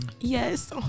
Yes